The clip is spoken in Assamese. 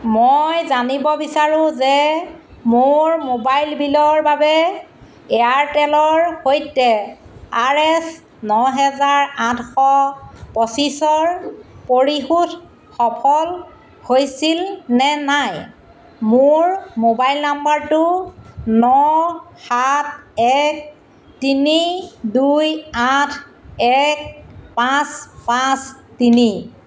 মই জানিব বিচাৰোঁ যে মোৰ মোবাইল বিলৰ বাবে এয়াৰটেলৰ সৈতে আৰ এছ নহেজাৰ আঠশ পঁচিছৰ পৰিশোধ সফল হৈছিল নে নাই মোৰ মোবাইল নম্বৰটো ন সাত এক তিনি দুই আঠ এক পাঁচ পাঁচ তিনি